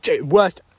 Worst